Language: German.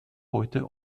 heute